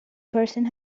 person